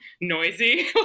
noisy